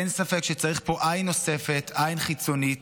אין ספק שצריך פה עין נוספת, עין חיצונית.